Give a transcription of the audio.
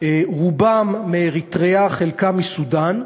רובם מאריתריאה, חלק מסודאן,